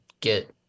get